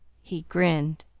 he grinned.